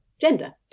gender